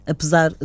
Apesar